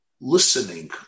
listening